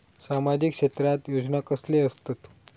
सामाजिक क्षेत्रात योजना कसले असतत?